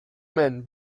men